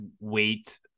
wait